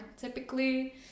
typically